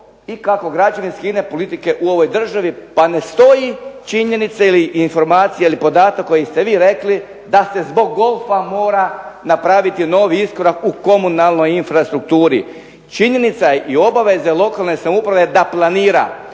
i kako građevinske i ine politike u ovoj državi pa ne stoji činjenica ili informacija ili podatak koji ste vi rekli da se zbog golfa mora napraviti novi iskorak u komunalnoj infrastrukturi. Činjenica je i obaveza je lokalne samouprave da planira